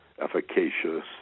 efficacious